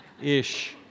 ish